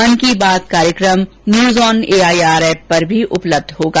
मन की बात कार्यकम news on AIR app पर भी उपलब्ध होगा